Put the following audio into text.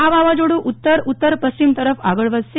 આ વાવાઝેડું ઉત્તર ઉત્તર પશ્ચિમ તરફ આગળ વધશે